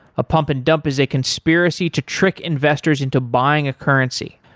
a pump and dump is a conspiracy to trick investors into buying a currency.